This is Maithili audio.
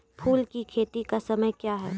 फुल की खेती का समय क्या हैं?